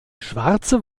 schwarze